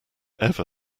ever